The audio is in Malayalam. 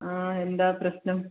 ആ എന്താണ് പ്രശ്നം